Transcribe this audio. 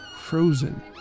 frozen